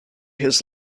his